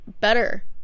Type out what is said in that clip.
better